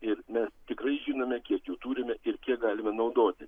ir mes tikrai žinome kiek jų turime ir kiek galime naudoti